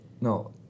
No